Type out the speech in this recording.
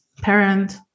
parent